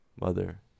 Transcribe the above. mother